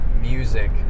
music